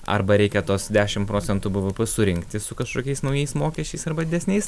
arba reikia tuos dešim procentų bvp surinkti su kažkokiais naujais mokesčiais arba didesniais